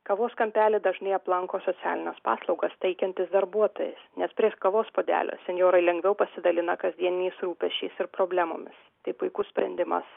kavos kampelį dažnai aplanko socialines paslaugas teikiantis darbuotojas nes prie kavos puodelio senjorai lengviau pasidalina kasdieniais rūpesčiais ir problemomis tai puikus sprendimas